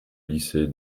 lycée